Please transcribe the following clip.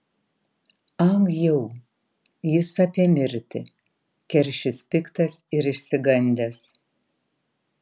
ag jau jis apie mirtį keršis piktas ir išsigandęs